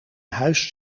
huis